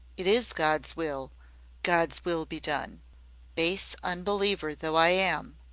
it is god's will god's will be done base unbeliever though i am,